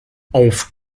auf